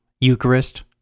Eucharist